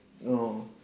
orh